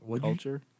culture